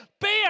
bam